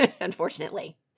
unfortunately